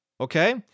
Okay